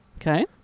Okay